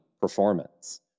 performance